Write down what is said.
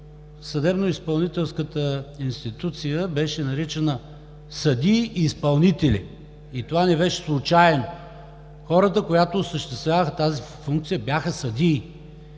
съдебно-изпълнителската институция беше наричана „съдии и изпълнители“ – това не беше случайно. Хората, които осъществяваха тази функция, бяха съдии